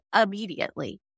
immediately